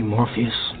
Morpheus